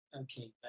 Okay